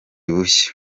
bushya